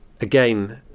again